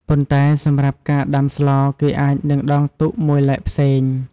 ប៉ុន្តែ សម្រាប់ការដំាស្ល គេអាចនឹងដងទុកមួយឡែកផ្សេង។